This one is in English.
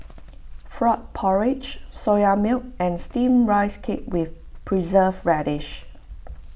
Frog Porridge Soya Milk and Steamed Ice Cake with Preserved Radish